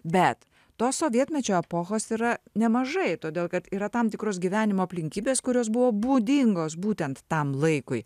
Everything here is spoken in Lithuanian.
bet tos sovietmečio epochos yra nemažai todėl kad yra tam tikros gyvenimo aplinkybės kurios buvo būdingos būtent tam laikui